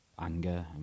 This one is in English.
anger